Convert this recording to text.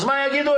מה יגידו?